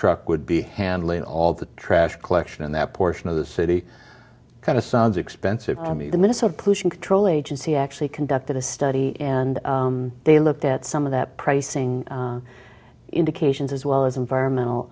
truck would be handling all the trash collection and that portion of the city kind of sounds expensive i mean the minnesota pollution control agency actually conducted a study and they looked at some of that pricing indications as well as environmental